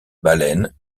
baleines